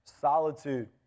solitude